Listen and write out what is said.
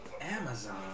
Amazon